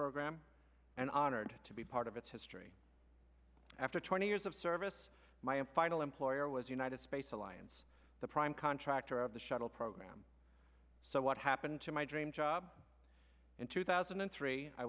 program and honored to be part of its history after twenty years of service my final employer was united space alliance the prime contractor of the shuttle program so what happened to my dream job in two thousand and three i